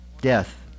death